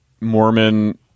Mormon